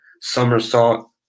somersault